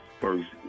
first